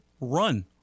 run